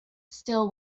still